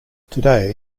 today